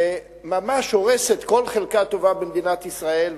שממש הורסת כל חלקה טובה במדינת ישראל,